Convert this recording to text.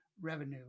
revenue